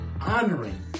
honoring